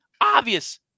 obvious